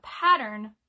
pattern